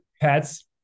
Pets